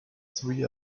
three